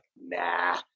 nah